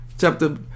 chapter